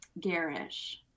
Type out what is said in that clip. garish